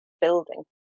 building